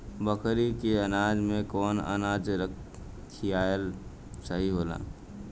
बकरी के अनाज में कवन अनाज खियावल सही होला?